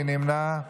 מי נמנע?